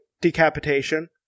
decapitation